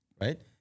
right